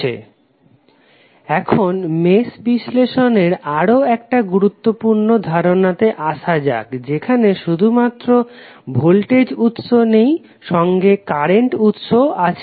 Refer Slide Time 1429 এখন mesh বিশ্লেষণের আরও একটা গুরুত্বপূর্ণ ধারণাতে আসা যাক যেখানে শুধুমাত্র ভোল্টেজ উৎস নেই সঙ্গে কারেন্ট উৎসও আছে